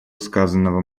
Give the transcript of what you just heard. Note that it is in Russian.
сказанного